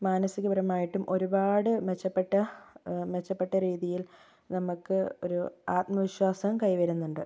മാനസികപരമായിട്ടും ഒരുപാട് മെച്ചപ്പെട്ട മെച്ചപ്പെട്ട രീതിയിൽ നമുക്ക് ഒരു ആത്മവിശ്വാസം കൈ വരുന്നുണ്ട്